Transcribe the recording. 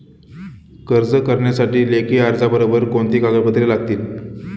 कर्ज करण्यासाठी लेखी अर्जाबरोबर कोणती कागदपत्रे लागतील?